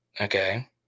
Okay